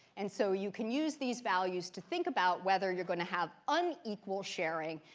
and so you can use these values to think about whether you're going to have unequal sharing,